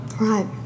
Right